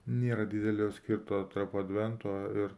nėra didelio skirto tarp advento ir